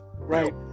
Right